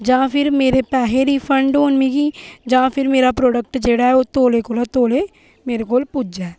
जां फिर मेरे पैसे रिफंड होन मिगी जां फिर मेरा प्रोडेक्ट जेह्ड़ा ऐ ओह् तौले कोला तौले मेरे कोल पुज्जै